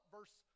Verse